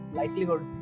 likelihood